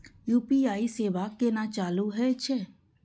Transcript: UPI सेवा केना चालू है छै?